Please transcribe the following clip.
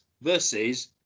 versus